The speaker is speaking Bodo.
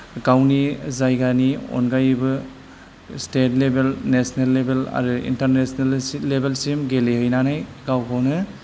गावनि जायगानि अनगायैबो स्टेट लेबेल नेसनेल लेबेल आरो इन्टारनेसनेल लेबेलसिम गेलेहैनानै गावखौनो